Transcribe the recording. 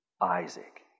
Isaac